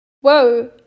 whoa